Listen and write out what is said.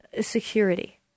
security